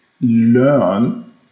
learn